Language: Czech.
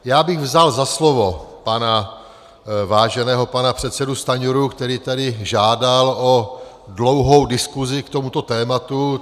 Já bych vzal za slovo váženého pana předsedu Stanjuru, který tady žádal o dlouhou diskusi k tomuto tématu.